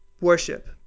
worship